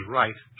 right